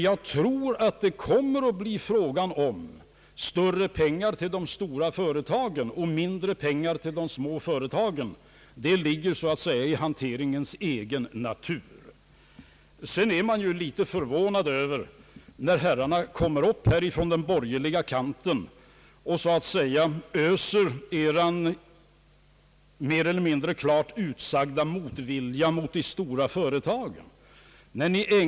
Jag tror dock att det kommer att bli fråga om större pengar till de stora företagen och mindre pengar till de små företagen — det ligger i hanteringens natur. Vidare är jag något överraskad över att herrarna från den borgerliga kanten i denna debatt öser sin mer eller mindre klart utsagda motvilja över de stora företagen.